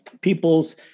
people's